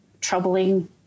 troubling